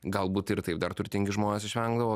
galbūt ir taip dar turtingi žmonės išvengdavo